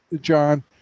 John